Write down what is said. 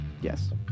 Yes